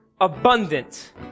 abundant